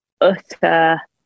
utter